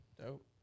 dope